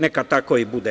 Neka tako i bude.